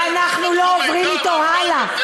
ואנחנו לא עוברים אתו הלאה.